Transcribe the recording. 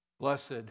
Blessed